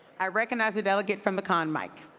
i recognize the delegate from the con mic.